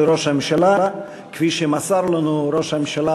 ראש הממשלה כפי שמסר לנו ראש הממשלה,